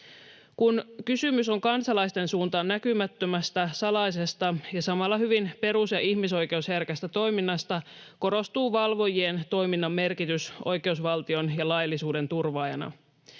Kun kysymys on kansalaisten suuntaan näkymättömästä, salaisesta ja samalla hyvin perus‑ ja ihmisoikeusherkästä toiminnasta, korostuu valvojien toiminnan merkitys oikeusvaltion ja laillisuuden turvaajana.